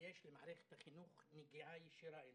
שיש למערכת החינוך נגיעה ישירה אליו,